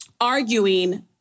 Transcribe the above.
arguing